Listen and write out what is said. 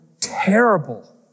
terrible